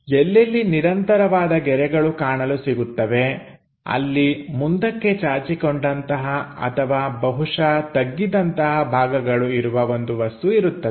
ಎಲ್ಲೆಲ್ಲಿ ನಿರಂತರವಾದ ಗೆರೆಗಳು ಕಾಣಲು ಸಿಗುತ್ತವೆ ಅಲ್ಲಿ ಮುಂದಕ್ಕೆ ಚಾಚಿಕೊಂಡಂತಹ ಅಥವಾ ಬಹುಶಃ ತಗ್ಗಿದಂತಹ ಭಾಗಗಳು ಇರುವ ಒಂದು ವಸ್ತು ಇರುತ್ತದೆ